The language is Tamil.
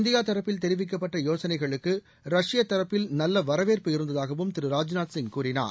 இந்தியா தரப்பில் தெரிவிக்கப்பட்ட யோசனைகளுக்கு ரஷ்ய தரப்பில் நல்ல வரவேற்பு இருந்ததாகவும் திரு ராஜ்நாத் சிங் கூறினார்